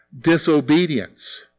Disobedience